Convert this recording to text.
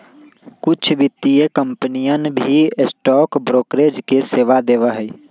कुछ वित्तीय कंपनियन भी स्टॉक ब्रोकरेज के सेवा देवा हई